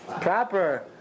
proper